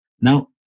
Now